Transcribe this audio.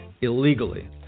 illegally